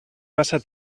massa